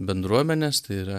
bendruomenės tai yra